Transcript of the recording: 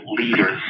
leaders